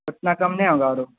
اتنا کم نہیں ہوگا اور